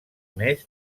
més